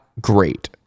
great